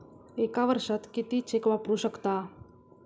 एका वर्षात किती चेक वापरू शकता?